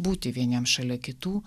būti vieniems šalia kitų